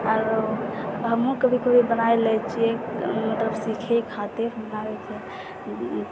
आओर हमहुँ कभी कभी बनाय लै छियै मतलब सीखै खातिर बनाबैके